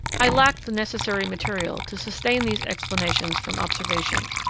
i lack the necessary material to sustain these explanations from observation.